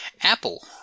Apple